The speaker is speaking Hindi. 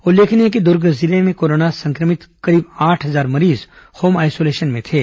उल्लेखनीय है कि दुर्ग जिले में कोरोना संक्रमित करीब आठ हजार मरीज होम आइसोलेशन में थे